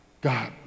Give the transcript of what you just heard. God